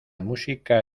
música